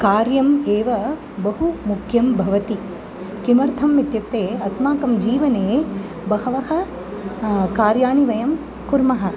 कार्यम् एव बहु मुख्यं भवति किमर्थम् इत्युक्ते अस्माकं जीवने बहवः कार्याणि वयं कुर्मः